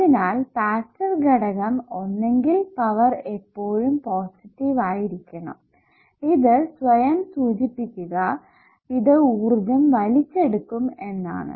അതിനാൽ പാസ്സീവ് ഘടകം ഒന്നെങ്കിൽ പവർ എപ്പോഴും പോസിറ്റീവ് ആയിരിക്കണം ഇത് സ്വയംസൂചിപ്പിക്കുക അത് ഊർജ്ജം വലിച്ചെടുക്കും എന്നാണ്